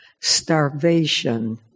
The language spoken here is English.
starvation